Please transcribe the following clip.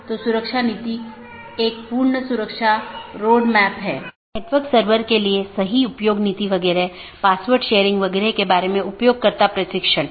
चौथा वैकल्पिक गैर संक्रमणीय विशेषता है